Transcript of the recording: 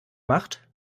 macht